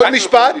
עוד משפט,